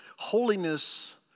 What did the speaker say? Holiness